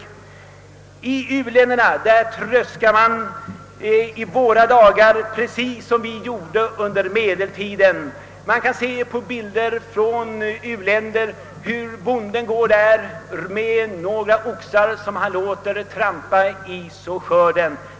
På många håll i u-länderna tröskar man i våra dagar precis såsom vi gjorde under medeltiden: bonden låter helt enkelt sina oxar gå och trampa i skörden.